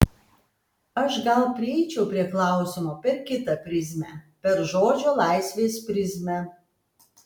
aš gal prieičiau prie klausimo per kitą prizmę per žodžio laisvės prizmę